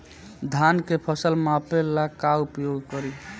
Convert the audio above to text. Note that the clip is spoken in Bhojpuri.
धान के फ़सल मापे ला का उपयोग करी?